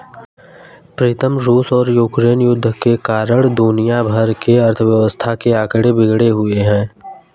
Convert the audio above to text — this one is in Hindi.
प्रीतम रूस और यूक्रेन युद्ध के कारण दुनिया भर की अर्थव्यवस्था के आंकड़े बिगड़े हुए